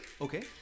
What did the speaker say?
okay